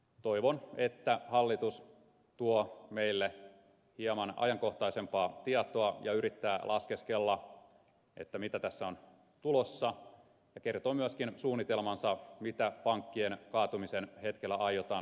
toivon että hallitus tuo meille hieman ajankohtaisempaa tietoa ja yrittää laskeskella mitä tässä on tulossa ja kertoo myöskin suunnitelmansa mitä pankkien kaatumisen hetkellä aiotaan tehdä